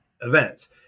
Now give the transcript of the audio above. events